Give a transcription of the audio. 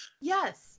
Yes